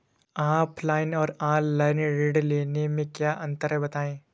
Offline और online ऋण लेने में क्या अंतर है?